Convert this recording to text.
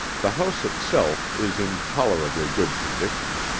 the house itself is in tolerably good condition,